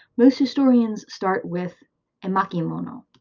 most historians start with emakimono.